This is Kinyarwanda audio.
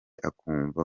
akumva